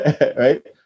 Right